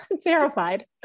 terrified